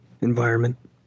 Environment